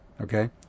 Okay